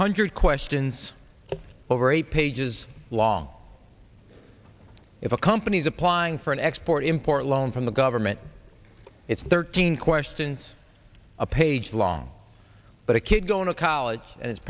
hundred questions over eight pages long if a company is applying for an export import loan from the government it's thirteen questions a page long but a kid going to college and his